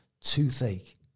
Toothache